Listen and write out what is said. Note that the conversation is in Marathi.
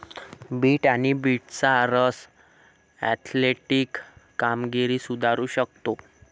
बीट आणि बीटचा रस ऍथलेटिक कामगिरी सुधारू शकतो